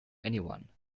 anyone